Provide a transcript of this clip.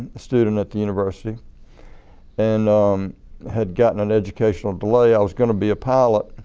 student at the university and had gotten an educational delay i was going to be a pilot